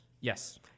Yes